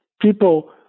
people